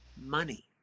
money